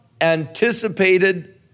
anticipated